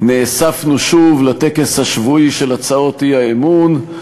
נאספנו שוב לטקס השבועי של הצעות האי-אמון.